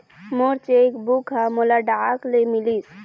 मोर cheque book ह मोला डाक ले मिलिस